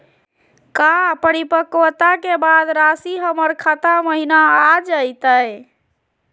का परिपक्वता के बाद रासी हमर खाता महिना आ जइतई?